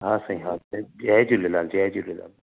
हा साईं हा साईं जय झूलेलाल जय झूलेलाल